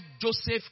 Joseph